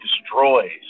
destroys